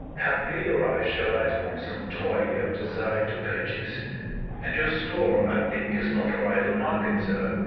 haply your eye shall light upon some toy you have desire to purchase and your store, i think, is not for idle markets, sir.